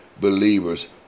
believers